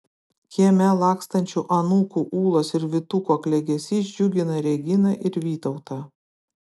kieme lakstančių anūkų ūlos ir vytuko klegesys džiugina reginą ir vytautą